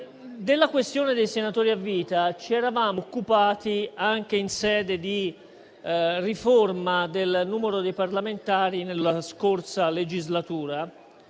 della questione dei senatori a vita anche in sede di riforma del numero dei parlamentari nella scorsa legislatura